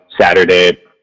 Saturday